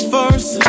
First